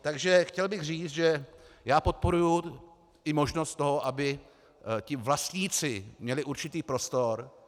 Takže chtěl bych říct, že já podporuji i možnost toho, aby vlastníci měli určitý prostor.